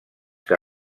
que